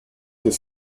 this